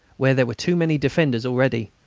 where there were too many defenders already,